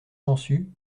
sansu